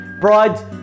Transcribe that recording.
Brides